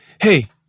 Hey